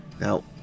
now